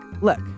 look